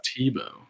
Tebow